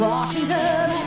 Washington